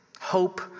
Hope